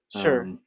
sure